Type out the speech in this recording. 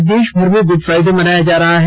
आज देशभर में गुड फ़ाइडे मनाया जा रहा है